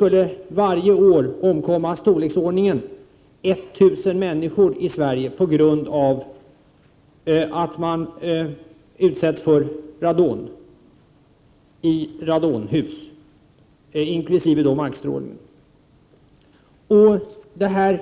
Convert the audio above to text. Man räknar med att i storleksordningen 1 000 människor varje år skulle omkomma på grund av att de utsätts för radon i radonhus, inkl. markstrålning. Detta